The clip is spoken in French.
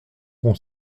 bon